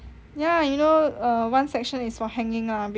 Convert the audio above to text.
ya you know err one section is for hanging ah basically